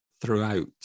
throughout